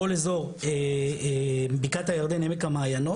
כל אזור בקעת הירדן-עמק המעיינות,